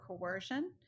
coercion